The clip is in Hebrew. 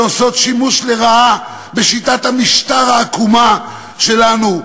שעושות שימוש לרעה בשיטת המשטר העקומה שלנו,